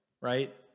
right